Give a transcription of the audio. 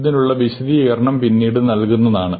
ഇതിനുള്ള വിശദീകരണം പിന്നീട് നൽകുന്നതാണ്